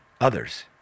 others